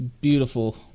Beautiful